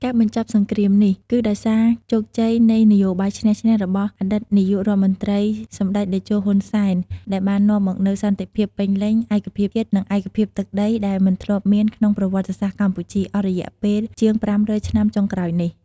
ការបញ្ចប់សង្គ្រាមនេះគឺដោយសារជោគជ័យនៃ នយោបាយឈ្នះ-ឈ្នះ របស់អតីតនាយករដ្ឋមន្ត្រី សម្ដេចតេជោ ហ៊ុន សែន ដែលបាននាំមកនូវសន្តិភាពពេញលេញ ឯកភាពជាតិ និងឯកភាពទឹកដីដែលមិនធ្លាប់មានក្នុងប្រវត្តិសាស្ត្រកម្ពុជា អស់រយៈពេលជាង ៥០០ ឆ្នាំចុងក្រោយនេះ។